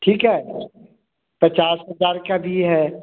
ठीक है पचास हज़ार का भी है